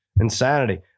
Insanity